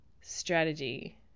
strategy